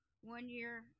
one-year